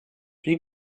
wie